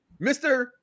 Mr